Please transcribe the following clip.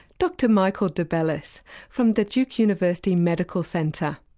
dr michael debellis from the duke university medical centre.